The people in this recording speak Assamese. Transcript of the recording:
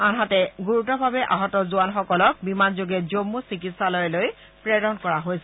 আনহাতে গুৰুতৰভাৱে আহত জোৱানসকলক বিমানযোগে জম্মু চিকিৎসালয়লৈ প্ৰেৰণ কৰা হৈছে